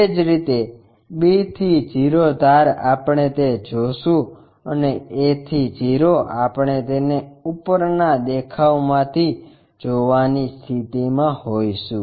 એ જ રીતે b થી o ધાર આપણે તે જોશું અને a થી o આપણે તેને ઉપરના દેખાવમાં થી જોવાની સ્થિતિમાં હોઈશું